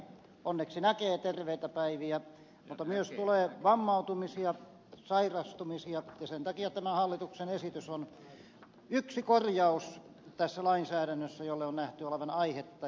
onneksi näkee terveitä päiviä mutta tulee myös vammautumisia sairastumisia ja sen takia tämä hallituksen esitys on yksi korjaus tässä lainsäädännössä jolle on nähty olevan aihetta